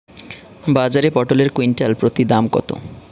বাজারে পটল এর কুইন্টাল প্রতি দাম কত?